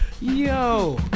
Yo